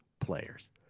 players